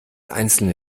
einzelne